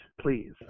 please